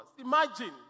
imagine